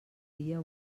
dia